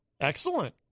Excellent